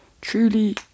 truly